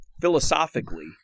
philosophically